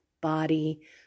body